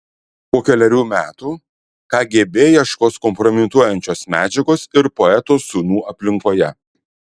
po kelerių metų kgb ieškos kompromituojančios medžiagos ir poeto sūnų aplinkoje